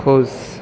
खुश